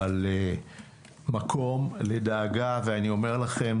אבל מקום לדאגה ואני אומר לכם,